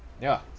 ya